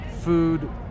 Food